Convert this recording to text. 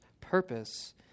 purpose